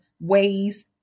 ways